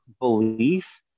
belief